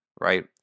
right